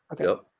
Okay